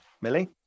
Millie